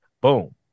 boom